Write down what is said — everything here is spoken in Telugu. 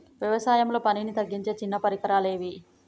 వ్యవసాయంలో పనిని తగ్గించే చిన్న పరికరాలు ఏవి?